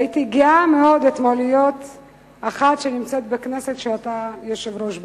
הייתי גאה מאוד אתמול להיות אחת שנמצאת בכנסת שאתה יושב-ראש בה.